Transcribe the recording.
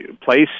place